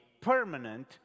permanent